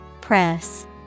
Press